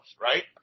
right